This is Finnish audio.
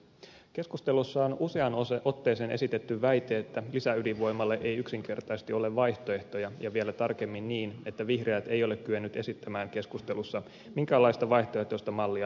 keskustelussa on useaan otteeseen esitetty väite että lisäydinvoimalle ei yksinkertaisesti ole vaihtoehtoja ja vielä tarkemmin niin että vihreät ei ole kyennyt esittämään keskustelussa minkäänlaista vaihtoehtoista mallia lisäydinvoimalle